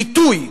ביטוי.